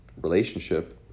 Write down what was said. relationship